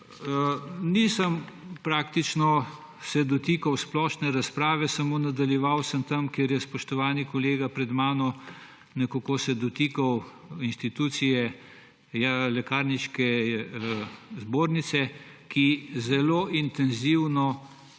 Praktično se nisem dotikal splošne razprave, samo nadaljeval sem tam, kjer se je spoštovani kolega pred mano nekako dotikal institucije Lekarniške zbornice, ki zelo intenzivno,